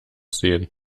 sehen